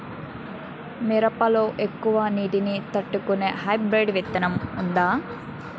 మిరప లో ఎక్కువ నీటి ని తట్టుకునే హైబ్రిడ్ విత్తనం వుందా?